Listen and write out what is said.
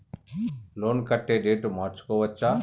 Loan కట్టే date మార్చుకోవచ్చా?